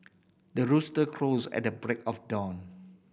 the rooster crows at the break of dawn